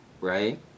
right